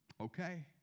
okay